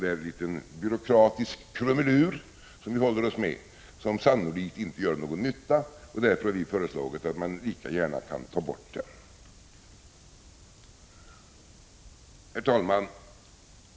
Det är en liten byråkratisk krumelur som vi håller oss med men som sannolikt inte gör någon nytta, och vi har alltså föreslagit att den lika gärna kan tas bort. Herr talman!